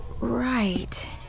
Right